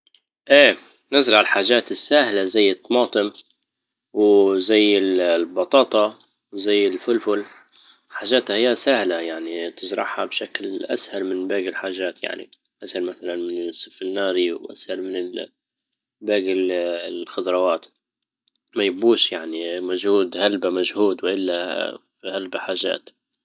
ايه نزرع الحاجات السهلة زي الطماطم وزي الـ- البطاطا وزي الفلفل. حاجاتها يا سهلة يعني تزرعها بشكل اسهل من باجي الحاجات يعني اسهل مثلا من السوفناري واسهل من باجي الخضروات. ميبوش يعني مجهود هلب مجهود والا هل بحاجات.